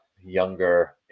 younger